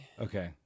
Okay